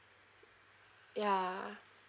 ya